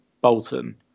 Bolton